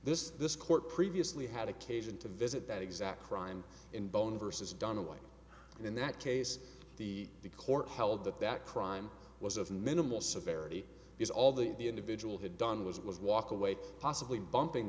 this is this court previously had occasion to visit that exact crime in bone versus dunaway and in that case the court held that that crime was of minimal severity is all that the individual had done was it was walk away possibly bumping